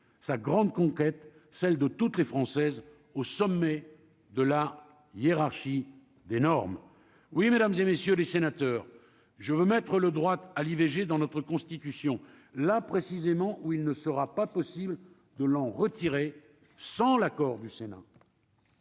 sa grande conquête : celle de toutes les Françaises au sommet de la hiérarchie des normes oui mesdames et messieurs les sénateurs, je veux mettre le droit à l'IVG dans notre constitution, là précisément où il ne sera pas possible de l'en retirer sans l'accord du Sénat.